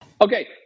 Okay